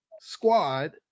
squad